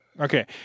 Okay